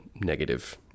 negative